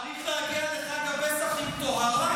צריך להגיע לחג הפסח עם טהרה.